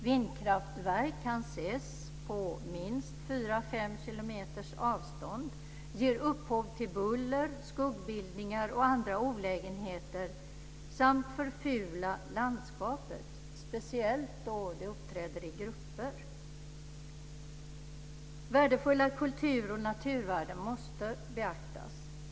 Vindkraftverk kan ses på minst fyra fem kilometers avstånd, ger upphov till buller, skuggbildningar och andra olägenheter samt förfular landskapet, speciellt då de uppträder i grupper. Värdefulla kultur och naturvärden måste beaktas.